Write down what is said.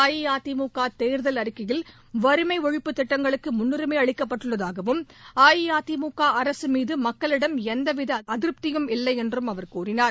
அஇஅதிமுக தேர்தல் அறிக்கையில் வறுமை ஒழிப்பு திட்டங்களுக்கு முன்னுரிமை அளிக்கப்பட்டுள்ளதாகவும் அஇஅதிமுக அரசு மீது மக்களிடம் எந்தவித அதிருப்தியும் இல்லை என்றும் அவர் கூறினார்